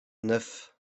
neuf